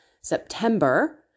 September